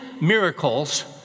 miracles